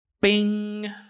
Bing